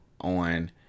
on